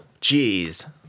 Jeez